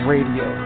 Radio